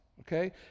okay